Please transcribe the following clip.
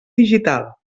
digital